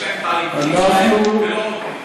יש להם את, שלהם, והם לא נותנים.